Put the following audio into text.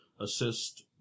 assist